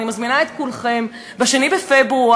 אני מזמינה את כולכם לבוא ב-2 בפברואר